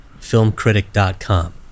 filmcritic.com